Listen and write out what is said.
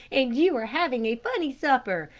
and you are having a funny supper.